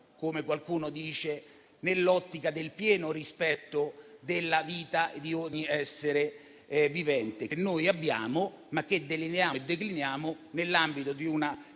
come qualcuno dice, nell'ottica del pieno rispetto della vita di ogni essere vivente, che noi invece abbiamo, ma che delineiamo e decliniamo nell'ambito di una